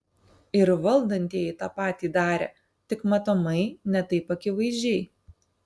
ir valdantieji tą patį darė tik matomai ne taip akivaizdžiai